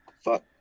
Fuck